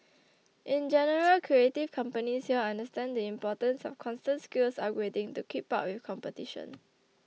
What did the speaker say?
in general creative companies here understand the importance of constant skills upgrading to keep up with competition